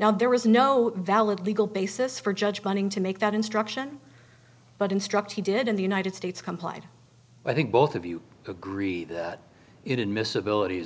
now there was no valid legal basis for judge bunning to make that instruction but instruct he did in the united states complied i think both of you agree that it in miss abilit